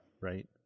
Right